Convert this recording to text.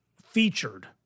featured